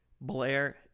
blair